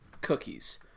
cookies